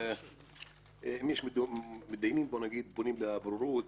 הם פונים לבוררות,